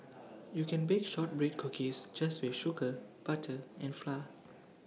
you can bake Shortbread Cookies just with sugar butter and flour